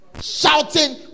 shouting